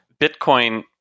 Bitcoin